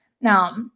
Now